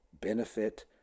benefit